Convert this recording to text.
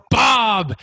bob